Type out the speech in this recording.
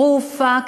תרופה,